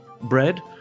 Bread